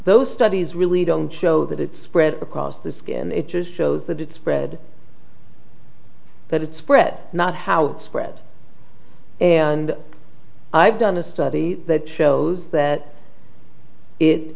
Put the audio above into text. those studies really don't show that it's spread across the skin it just shows that it's spread but it's spread not how it spread and i've done a study that shows that it